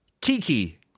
kiki